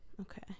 okay